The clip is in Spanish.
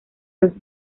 los